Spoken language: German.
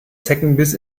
zeckenbiss